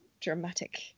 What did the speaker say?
dramatic